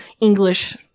English